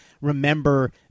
remember